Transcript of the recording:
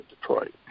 Detroit